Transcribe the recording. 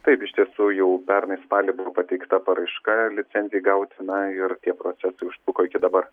taip iš tiesų jau pernai spalį buvo pateikta paraiška licencijai gauti na ir tie procesai užtruko iki dabar